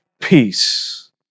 peace